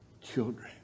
children